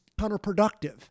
counterproductive